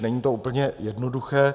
Není to úplně jednoduché.